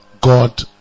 God